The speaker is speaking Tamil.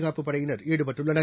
தாக்குதல் படையினர் ஈடுபட்டுள்ளனர்